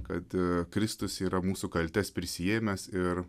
kad kristus yra mūsų kaltes prisiėmęs ir